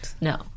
No